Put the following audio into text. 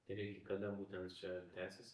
ir iki kada būtent čia tęsis